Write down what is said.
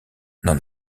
n’en